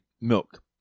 milk